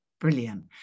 brilliant